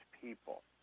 people